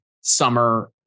summer